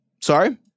Sorry